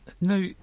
No